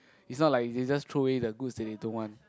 it's not like they just throw away the goods that they don't want